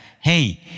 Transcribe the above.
hey